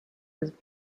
was